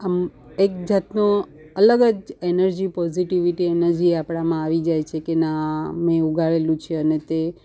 આમ એક જાતનો અલગ જ એનર્જી પોઝિટિવિટી એનર્જી આપણામાં આવી જાય છે કે ના મેં ઉગાડેલું છે અને તે